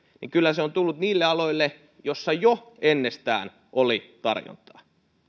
niin kyllä se on tullut niille aloille joilla jo ennestään oli tarjontaa